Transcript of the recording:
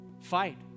fight